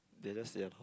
they are just